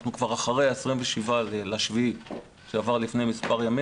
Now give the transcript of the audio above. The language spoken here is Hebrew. אנחנו כבר אחרי 27.7 שעבר לפני מספר ימים